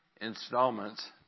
installments